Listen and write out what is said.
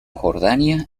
jordania